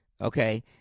okay